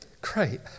Great